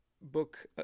book